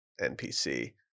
NPC